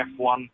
F1